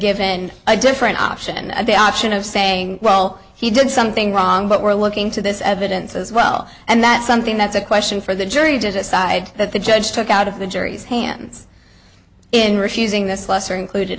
given a different option and the option of saying well he did something wrong but we're looking to this evidence as well and that's something that's a question for the jury decide that the judge took out of the jury's hands in refusing this lesser included